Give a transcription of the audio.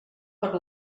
per